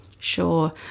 sure